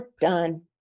done